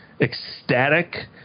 ecstatic